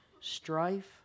strife